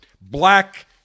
Black